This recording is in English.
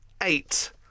eight